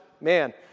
man